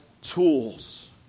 tools